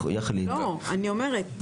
אחרת לא היו נותנים לרופאים לעבוד באחת בבוקר.